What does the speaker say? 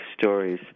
stories